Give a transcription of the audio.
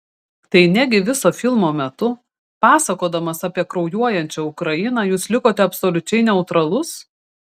tai negi viso filmo metu pasakodamas apie kraujuojančią ukrainą jūs likote absoliučiai neutralus